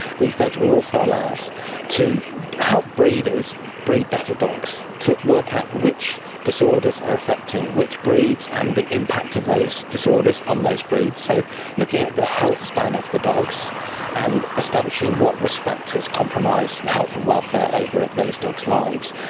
these data will also allow us to help breeders breed better dogs, to work out which disorders are affecting which breeds and the impact of those disorders on those breeds. so looking at the health span of the dogs and establishing what risk factors compromise health and welfare over those dogs' lives.